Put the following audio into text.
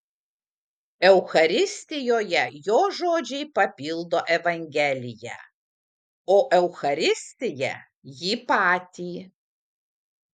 eucharistijoje jo žodžiai papildo evangeliją o eucharistija jį patį